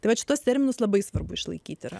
tai vat šitas terminas labai svarbu išlaikyti